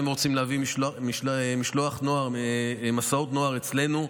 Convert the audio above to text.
הם רוצים להביא מסעות נוער אלינו.